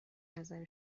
نظر